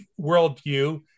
worldview